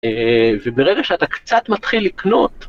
וברגע שאתה קצת מתחיל לקנות.